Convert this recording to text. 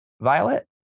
Violet